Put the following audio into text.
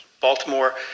Baltimore